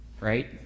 Right